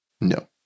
No